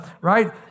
right